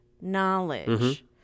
knowledge